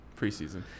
Preseason